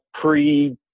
pre